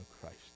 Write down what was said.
Christ